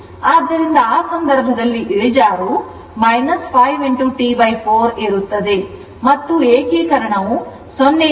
ಆದ್ದರಿಂದ ಆ ಸಂದರ್ಭದಲ್ಲಿ ಇಳಿಜಾರು 5 T 4 ಇರುತ್ತದೆ ಮತ್ತು ಏಕೀಕರಣವು 0 ರಿಂದ T 4 ಆಗಿರುತ್ತದೆ